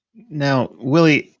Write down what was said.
now, willie,